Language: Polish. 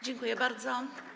Dziękuję bardzo.